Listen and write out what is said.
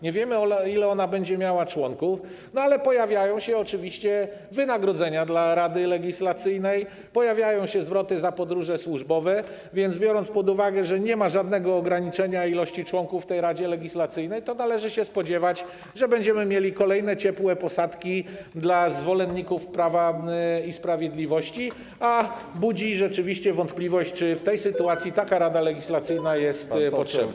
Nie wiemy, ilu ona będzie miała członków, ale pojawiają się oczywiście wynagrodzenia dla Rady Legislacyjnej, zwroty za podróże służbowe, więc biorąc pod uwagę, że nie ma żadnego ograniczenia liczby członków w tej Radzie Legislacyjnej, należy się spodziewać, że będziemy mieli kolejne ciepłe posadki dla zwolenników Prawa i Sprawiedliwości, a budzi rzeczywiście wątpliwość, czy w tej sytuacji taka Rada Legislacyjna jest potrzebna.